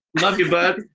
love you, bud.